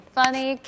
funny